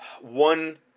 one